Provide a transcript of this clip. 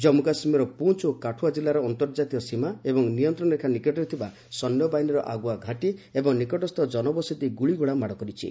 ଜମ୍ମୁ କାଶ୍ମୀରର ପୁଞ୍ ଓ କାଠୁଆ ଜିଲ୍ଲାର ଅନ୍ତର୍ଜାତୀୟ ସୀମା ଏବଂ ନିୟନ୍ତ୍ରଣ ରେଖା ନିକଟରେ ଥିବା ସେନାବାହିନୀର ଆଗୁଆ ଘାଟୀ ଏବଂ ନିକଟସ୍ଥ କନବସତି ଗୁଳିଗୋଳା ମାଡ଼ କରିଛି